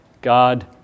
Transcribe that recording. God